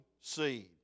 seed